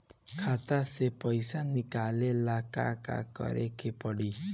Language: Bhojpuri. खाता से पैसा निकाले ला का का करे के पड़ी?